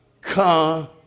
come